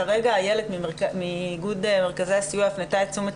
כרגע איילת מאיגוד מרכזי הסיוע הפנתה את תשומת